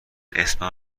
اسمم